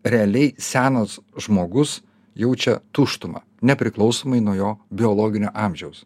realiai senas žmogus jaučia tuštumą nepriklausomai nuo jo biologinio amžiaus